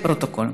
לפרוטוקול.